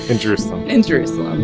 in jerusalem? in jerusalem,